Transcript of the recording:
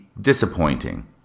disappointing